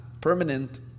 permanent